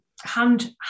hand